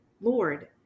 Lord